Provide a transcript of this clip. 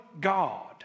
God